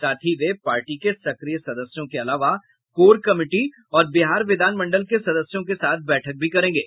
साथ ही वे पार्टी के सक्रिय सदस्यों के अलावा कोर कमिटी और बिहार विधानमंडल के सदस्यों के साथ बैठक भी करेंगे